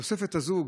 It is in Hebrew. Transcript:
התוספת הזאת,